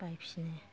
बायफिनो